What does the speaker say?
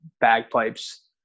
Bagpipes